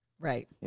Right